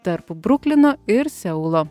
tarp bruklino ir seulo